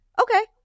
okay